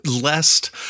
Lest